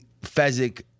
Fezic